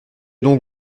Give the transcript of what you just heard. donc